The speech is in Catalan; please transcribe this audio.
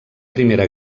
primera